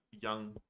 young